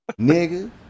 Nigga